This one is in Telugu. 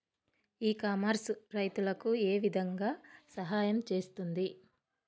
ఇ కామర్స్ రైతులకు ఏ విధంగా సహాయం చేస్తుంది?